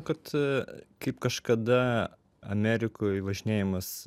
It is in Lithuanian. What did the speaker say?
kad kaip kažkada amerikoj važinėjimas